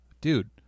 Dude